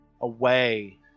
away